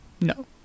No